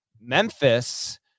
Memphis